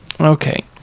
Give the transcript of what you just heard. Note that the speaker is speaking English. Okay